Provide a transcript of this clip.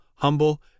humble